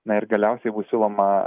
na ir galiausiai bus siūloma